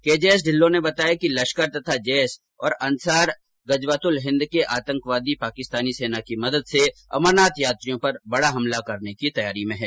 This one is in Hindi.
केजेएस ढिल्लों ने बताया कि लश्कर तथा जैश और अंसार गजवातुल हिंद के आतंकवादी पाकिस्तानी सेना की मदद से अमरनाथ यात्रियों पर बड़ा हमला करने की तैयारी में हैं